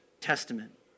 Testament